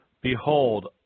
Behold